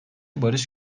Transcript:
barış